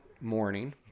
morning